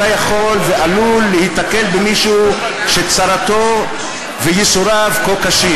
יכול ועלול להיתקל במישהו שצרתו וייסוריו כה קשים?